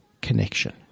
connection